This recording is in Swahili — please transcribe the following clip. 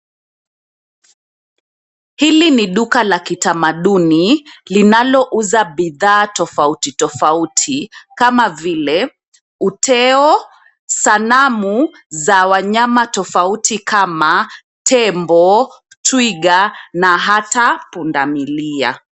Hili ni duka la kitamaduni linalouza bidhaa tofauti tofauti kama vile uteo, sanamu za wanyama tofauti kama tembo, twiga na hata punda milia.